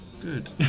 good